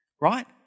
Right